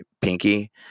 pinky